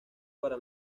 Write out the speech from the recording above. para